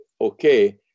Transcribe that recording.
okay